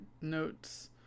notes